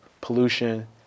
pollution